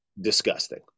Disgusting